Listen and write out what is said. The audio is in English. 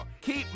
Keep